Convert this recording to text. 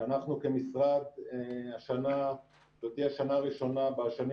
שאנחנו כמשרד זו תהיה השנה הראשונה בשנים